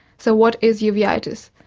so what is uveitis?